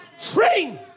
Train